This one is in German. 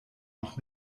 noch